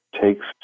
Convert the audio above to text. takes